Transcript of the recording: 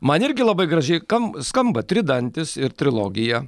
man irgi labai gražiai kam skamba tridantis ir trilogija